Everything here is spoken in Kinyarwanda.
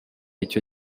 icyo